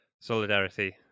Solidarity